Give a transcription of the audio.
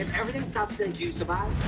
everything stops and you survive.